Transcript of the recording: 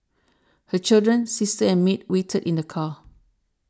her children sister and maid waited in the car